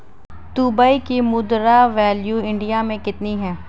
Dubai की मुद्रा value India मे कितनी है?